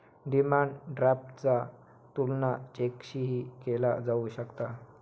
demand ड्राफ्टचा तुलना चेकशीही केला जाऊ शकता